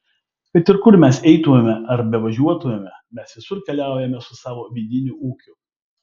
kad ir kur mes eitumėme ar bevažiuotumėme mes visur keliaujame su savo vidiniu ūkiu